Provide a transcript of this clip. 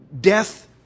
Death